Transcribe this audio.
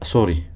Sorry